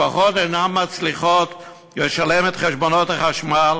משפחות אינן מצליחות לשלם את חשבונות החשמל,